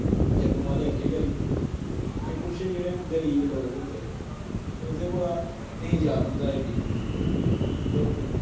जम्मू आह्ले अग्गें करी ओड़दे ते कुछ जेह्ड़े गरीब लोक होंदे उं'दे कोला नेईं जान होंदा एड्डी एड्डी दूर तो